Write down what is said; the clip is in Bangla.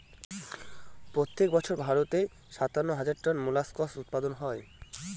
প্রত্যেক বছর ভারতে সাতান্ন হাজার টন মোল্লাসকস উৎপাদন হয়